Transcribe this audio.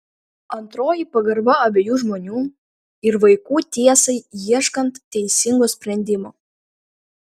antroji pagarba abiejų žmonių ir vaikų tiesai ieškant teisingo sprendimo